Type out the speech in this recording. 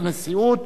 בנושא: